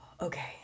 Okay